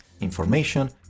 information